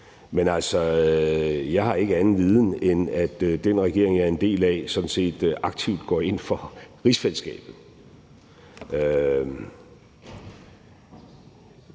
Men jeg har ikke anden viden, end at den regering, jeg er en del af, sådan set aktivt går ind for rigsfællesskabet.